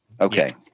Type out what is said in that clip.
Okay